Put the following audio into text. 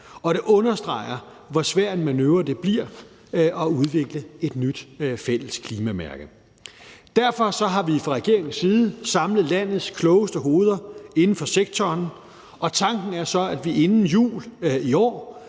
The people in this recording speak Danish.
og det understreger, hvor svær en manøvre det bliver at udvikle et nyt fælles klimamærke. Derfor har vi fra regeringens side samlet landets klogeste hoveder inden for sektoren, og tanken er så, at de inden jul i år